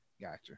gotcha